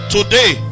Today